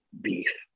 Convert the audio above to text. beef